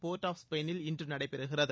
board of ஸ்பெயினில் இன்று நடைபெறுகிறது